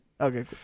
Okay